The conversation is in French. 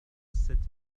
sept